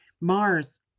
Mars